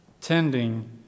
tending